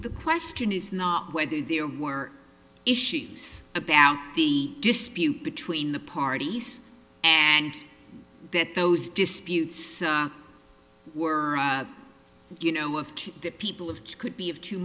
the question is not whether there were issues about the dispute between the parties and that those disputes were you know of the people of could be of two